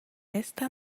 esta